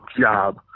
job